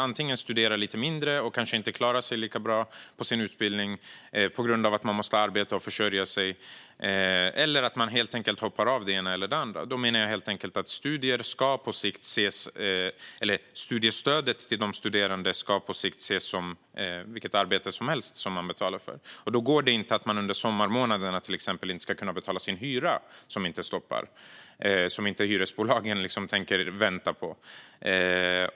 Antingen studerar man lite mindre och klarar sig kanske inte lika bra på sin utbildning på grund av att man måste arbeta och försörja sig, eller så hoppar man helt enkelt av det ena eller det andra. Jag menar att studiestödet på sikt ska ses som betalning för vilket arbete som helst. Då går det inte att man till exempel under sommarmånaderna inte kan betala sin hyra, som hyresbolagen inte tänker vänta på.